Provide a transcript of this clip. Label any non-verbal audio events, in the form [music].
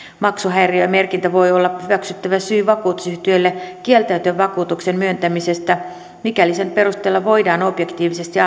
maksuhäiriömerkintä voi olla hyväksyttävä syy vakuutusyhtiölle kieltäytyä vakuutuksen myöntämisestä mikäli sen perusteella voidaan objektiivisesti [unintelligible]